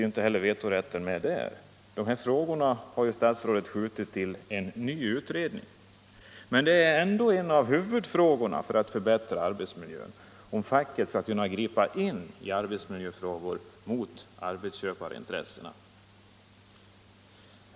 Denna fråga har statsrådet skjutit till en ny utredning. Och ändå är det en av huvudfrågorna när det gäller att förbättra arbetsmiljön. Den är avgörande för om facket skall kunna ingripa i arbetsmiljöfrågor mot arbetsköparintressena.